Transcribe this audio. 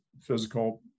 physical